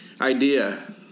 idea